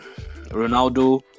ronaldo